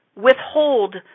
withhold